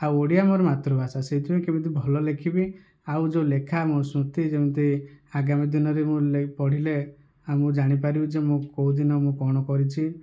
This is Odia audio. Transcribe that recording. ଆଉ ଓଡ଼ିଆ ଆମର ମାତୃଭାଷା ସେଇଥିପାଇଁ କେମିତି ଭଲ ଲେଖିବି ଆଉ ଯେଉଁ ଲେଖା ମୋ ସ୍ମୃତି ଯେମିତି ଆଗାମୀ ଦିନରେ ମୁଁ ପଢ଼ିଲେ ଆଉ ମୁଁ ଜାଣିପାରିବି ଯେ ମୁଁ କେଉଁଦିନ ମୁଁ କଣ କରିଛି